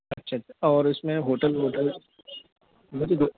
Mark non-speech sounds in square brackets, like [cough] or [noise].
अच्छा जी और उसमें होटल वोटल [unintelligible]